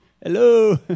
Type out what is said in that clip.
hello